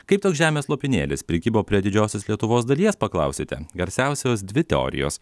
kaip toks žemės lopinėlis prikibo prie didžiosios lietuvos dalies paklausite garsiausios dvi teorijos